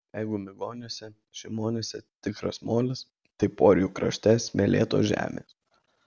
jeigu migoniuose šimoniuose tikras molis tai porijų krašte smėlėtos žemės